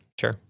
sure